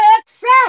accept